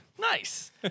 Nice